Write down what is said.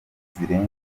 zirenga